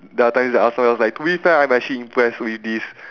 the other time is at I was like to be fair I'm actually impressed with this